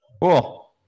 Cool